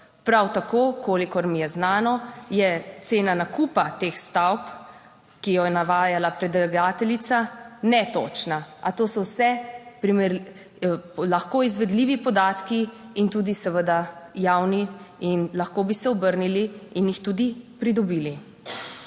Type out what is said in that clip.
Prav tako, kolikor mi je znano, je cena nakupa teh stavb ki jo je navajala predlagateljica, netočna. A to so vse lahko izvedljivi podatki in tudi seveda javni in lahko bi se obrnili in jih tudi pridobili.